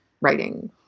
writing